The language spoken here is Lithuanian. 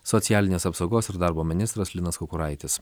socialinės apsaugos ir darbo ministras linas kukuraitis